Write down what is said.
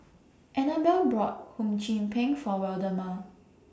Anabelle bought Hum Chim Peng For Waldemar